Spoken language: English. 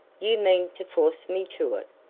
you mean to force me to it.